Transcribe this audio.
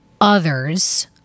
others